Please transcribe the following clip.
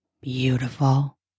beautiful